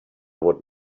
would